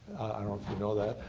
i don't know if you know that,